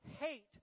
hate